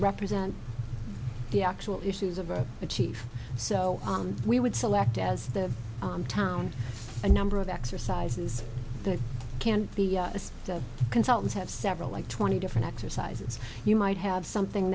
represent the actual issues of the chief so we would select as the town a number of exercises that can be as consultants have several like twenty different exercises you might have something